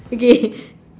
okay